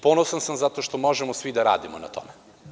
Ponosan sam zato što možemo svi da radimo na tome.